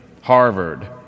Harvard